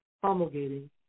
promulgating